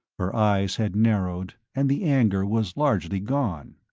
her eyes had narrowed, and the anger was largely gone.